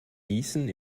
gießen